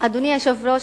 אדוני היושב-ראש,